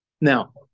Now